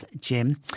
Jim